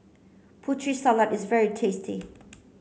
Putri Salad is very tasty